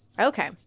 Okay